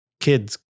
kids